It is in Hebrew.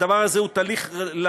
הדבר הזה הוא תהליך לקוי,